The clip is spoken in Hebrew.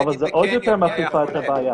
זה עוד יותר מחריף את הבעיה.